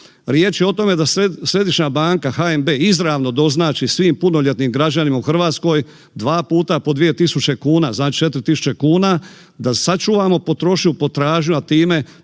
Riječ je o tome da središnja banka, HNB izravno doznači svim punoljetnim građanima u Hrvatskoj 2x po 2000 kuna, znači 4000 kuna, da sačuvamo potrošnju, potražnju, a time